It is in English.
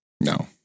No